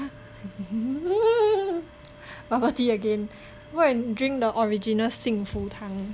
yeah bubble tea again go and drink the original 幸福堂